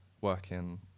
working